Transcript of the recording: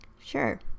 Sure